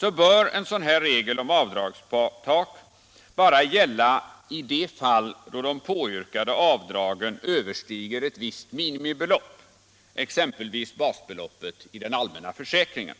bör regeln om avdragstak bara gälla i de fall då de påyrkade avdragen överstiger ett visst minimibelopp, exempelvis basbeloppet i den allmänna försäkringen.